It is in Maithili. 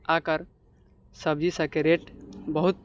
आकर सब्जी सभके रेट बहुत